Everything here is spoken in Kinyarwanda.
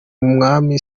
mwami